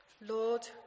lord